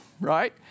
right